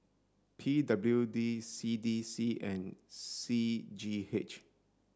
P W D C D C and C G H